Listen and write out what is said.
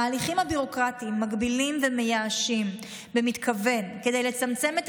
ההליכים הביורוקרטיים מגבילים ומייאשים במתכוון כדי לצמצם את